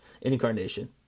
incarnation